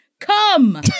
come